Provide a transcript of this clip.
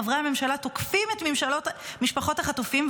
חברי הממשלה תוקפים את משפחות החטופים,